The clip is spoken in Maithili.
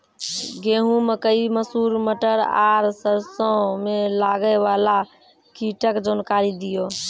गेहूँ, मकई, मसूर, मटर आर सरसों मे लागै वाला कीटक जानकरी दियो?